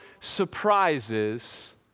surprises